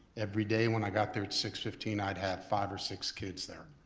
every day when i got there at six fifteen, i'd have five or six kids there.